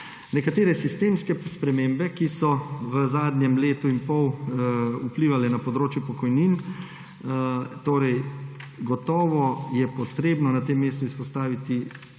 Nekatere sistemske spremembe, ki so v zadnjem letu in pol vplivale na področje pokojnin, gotovo je treba na tem mestu izpostaviti